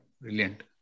Brilliant